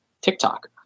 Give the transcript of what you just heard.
TikTok